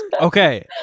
okay